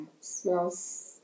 Smells